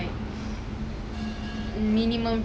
even when working you also need to like learn stuff [what]